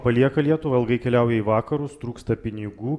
palieka lietuvą ilgai keliauja į vakarus trūksta pinigų